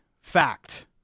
Fact